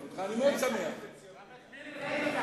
אני לא זה שמחליף אותך, אני מאוד שמח.